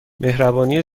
مهربانی